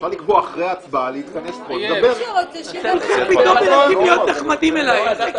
אחרי זה שלא רשמתי.